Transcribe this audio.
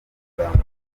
amagambo